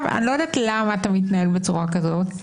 אני לא יודעת למה אתה מתנהל בצורה כזאת,